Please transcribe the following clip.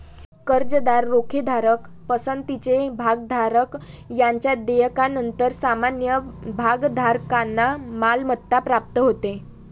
कर्जदार, रोखेधारक, पसंतीचे भागधारक यांच्या देयकानंतर सामान्य भागधारकांना मालमत्ता प्राप्त होते